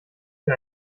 für